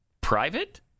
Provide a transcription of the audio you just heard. private